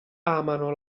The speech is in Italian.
amano